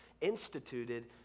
instituted